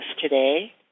today